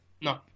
No